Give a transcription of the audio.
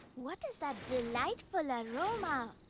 what is that delightful aroma?